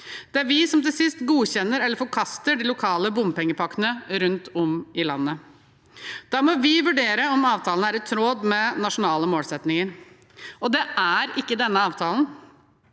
Det er vi som til sist godkjenner eller forkaster de lokale bompengepakkene rundt om i landet. Da må vi vurdere om avtalen er i tråd med nasjonale målsettinger. Det er ikke denne avtalen,